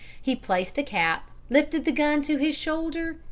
he placed a cap, lifted the gun to his shoulder,